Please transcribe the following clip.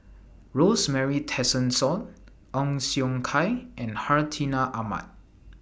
Rosemary Tessensohn Ong Siong Kai and Hartinah Ahmad